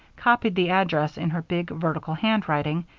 copied the address in her big, vertical handwriting,